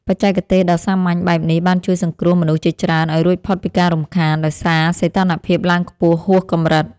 បច្ចេកទេសដ៏សាមញ្ញបែបនេះបានជួយសង្គ្រោះមនុស្សជាច្រើនឱ្យរួចផុតពីការរំខានដោយសារសីតុណ្ហភាពឡើងខ្ពស់ហួសកម្រិត។